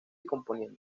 componiendo